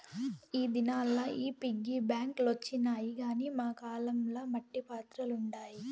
ఈ దినాల్ల ఈ పిగ్గీ బాంక్ లొచ్చినాయి గానీ మా కాలం ల మట్టి పాత్రలుండాయి